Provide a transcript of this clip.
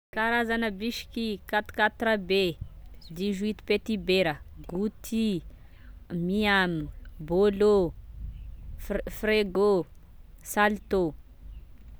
Karazana bisky: quaty quatre be, dix huit petibera, gouty, miam, fre- frego, salto